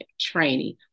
training